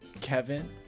Kevin